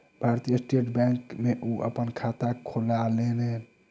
भारतीय state bank में ओ अपन खाता खोलौलेन